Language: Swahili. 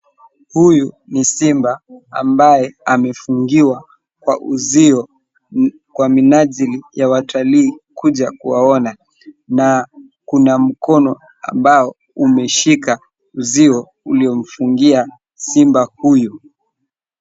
Huyu ni simba ambaye amefungiwa kwa uzio kwa minajili ya watalii kuja kuwaona, na kuna mkono ambao umeshika uzio uliomfungia simba huyu.